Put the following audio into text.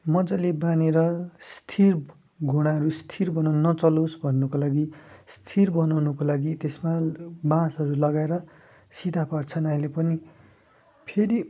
मज्जाले बाँधेर स्थिर घुँडाहरू स्थिर बनाउनु नचलोस् भन्नुको लागि स्थिर बनाउनुको लागि त्यसमा बाँसहरू लगाएर सिधा पार्छन् अहिले पनि फेरि